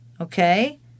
okay